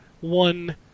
one